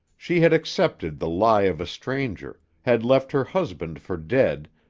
she had accepted the lie of a stranger, had left her husband for dead,